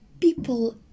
people